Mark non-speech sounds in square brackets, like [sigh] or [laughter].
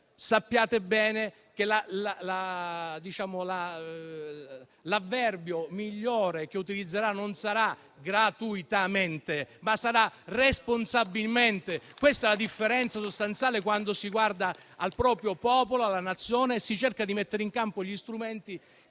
sappiate bene che l'avverbio migliore che utilizzerà non sarà gratuitamente, ma sarà responsabilmente. [applause] Questa è la differenza sostanziale quando si guarda al proprio popolo, alla Nazione e si cerca di mettere in campo gli strumenti